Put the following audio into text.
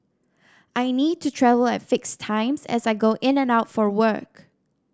I need to travel at fixed times as I go in and out for work